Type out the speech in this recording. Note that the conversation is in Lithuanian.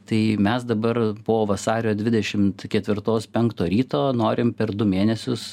tai mes dabar po vasario dvidešimt ketvirtos penkto ryto norim per du mėnesius